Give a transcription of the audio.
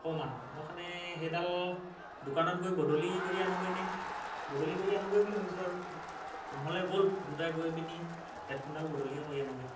অকণমান মই সেইকাৰণে সেইডাল দোকানত গৈ বদলি কৰি আনোগৈ নি বদলি কৰি আনোগৈ বুলি ভাবিছোঁ আৰু নহ'লে ব'ল দুটাই গৈ পিনি হেডফোনডান বদলিয়েই কৰি আনোগৈ